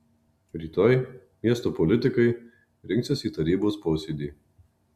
rytoj miesto politikai rinksis į tarybos posėdį